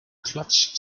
clutch